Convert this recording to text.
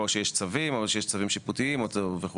או שיש צווים או שיש צווים שיפוטיים וכו'.